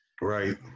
Right